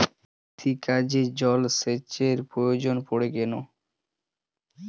কৃষিকাজে জলসেচের প্রয়োজন পড়ে কেন?